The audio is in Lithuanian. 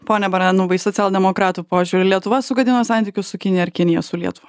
pone baranovai socialdemokratų požiūriu lietuva sugadino santykius su kinija ar kinija su lietuva